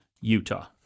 Utah